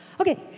Okay